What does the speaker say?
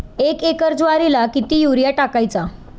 एक एकर ज्वारीला किती युरिया टाकायचा?